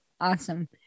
awesome